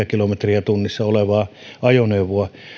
kilometriä tunnissa olevaa ajoneuvoa